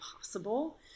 possible